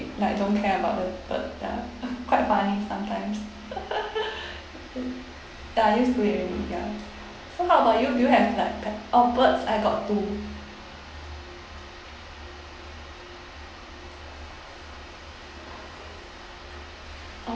like don't care about the bird ya quite funny sometimes ya used to it already ya so how about you do you have like pet or birds I got two